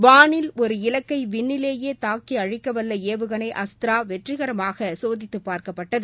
வானில் ஒரு இலக்கை விண்ணிலேயே தாக்கி அழிக்கவல்ல ஏவுகணை அஸ்த்ரா வெற்றிகரமாக சோதித்துப் பார்க்கப்பட்டது